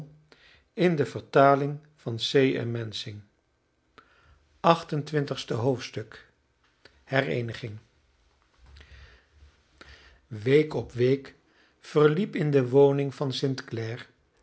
twintigste hoofdstuk hereeniging week op week verliep in de woning van